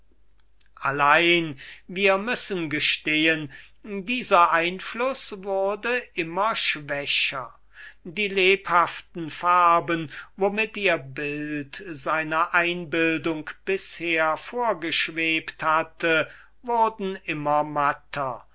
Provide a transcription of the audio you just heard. allein wir müssen gestehen dieser einfluß wurde immer schwächer die lebhaften farben womit ihr bild seiner phantasie ehemals vorgeschwebt hatte wurden immer matter